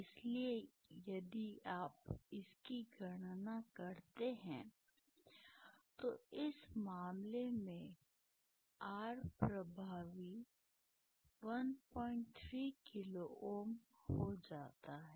इसलिए यदि आप इसकी गणना करते हैं तो इस मामले में R प्रभावी 13 किलो Ω हो जाता है